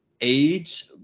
age